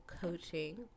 coaching